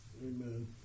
Amen